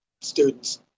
students